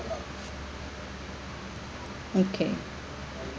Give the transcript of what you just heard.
okay